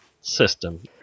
system